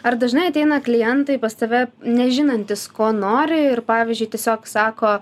ar dažnai ateina klientai pas tave nežinantys ko nori ir pavyzdžiui tiesiog sako